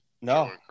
No